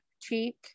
cheek